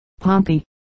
Pompey